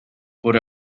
pero